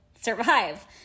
survive